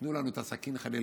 תיתנו לנו את הסכין בגב,